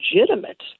legitimate